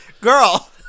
Girl